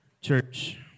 Church